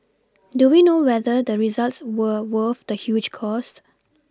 do we know whether the results were worth the huge cost